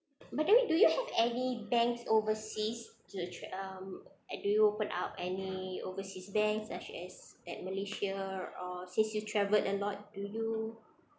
but then do you have any banks overseas to tr~ um do you open up any overseas banks such as at malaysia or since you travelled a lot do you